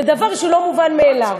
זה דבר שהוא לא מובן מאליו.